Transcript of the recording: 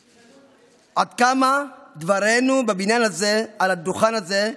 עד כמה דברינו בבניין הזה, על הדוכן הזה,